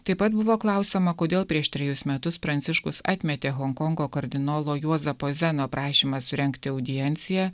taip pat buvo klausiama kodėl prieš trejus metus pranciškus atmetė honkongo kardinolo juozapo zeno prašymą surengti audienciją